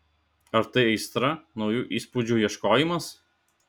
ar tai aistra naujų įspūdžių ieškojimas